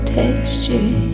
texture